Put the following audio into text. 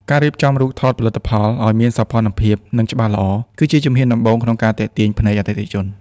ការរៀបចំរូបថតផលិតផលឱ្យមានសោភ័ណភាព និងច្បាស់ល្អ គឺជាជំហានដំបូងក្នុងការទាក់ទាញភ្នែកអតិថិជន។